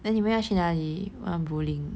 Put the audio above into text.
then 你们要去哪里玩 bowling